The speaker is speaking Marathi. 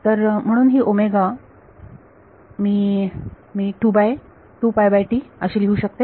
तर म्हणून ही मी मी अशी लिहू शकते